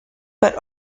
but